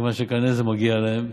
מכיוון שכנראה זה מגיע להם,